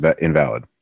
invalid